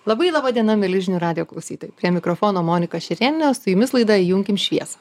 labai laba diena mieli žinių radijo klausytojai prie mikrofono monika šerėnienė su jumis laida įjunkim šviesą